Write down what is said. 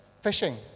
fishing